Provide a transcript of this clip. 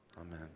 Amen